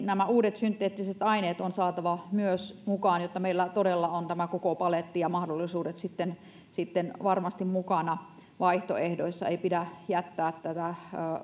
nämä uudet synteettiset aineet on saatava mukaan jotta meillä todella on tämä koko paletti ja kaikki mahdollisuudet sitten sitten varmasti mukana vaihtoehdoissa ei pidä jättää näitä